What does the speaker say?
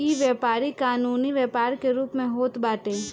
इ व्यापारी कानूनी व्यापार के रूप में होत बाटे